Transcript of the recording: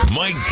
Mike